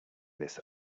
this